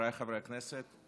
חבריי חברי הכנסת,